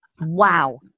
Wow